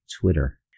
Twitter